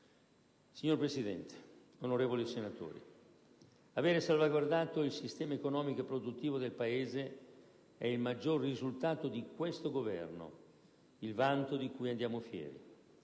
Signor Presidente, onorevoli senatori, aver salvaguardato il sistema economico e produttivo del Paese è il maggior risultato di questo Governo, il vanto di cui andiamo fieri.